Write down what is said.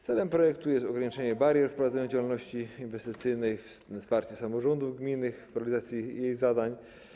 Celem projektu jest ograniczenie barier w prowadzeniu działalności inwestycyjnych, wsparcie samorządów gminnych w realizacji ich zadań.